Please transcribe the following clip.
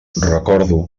recordo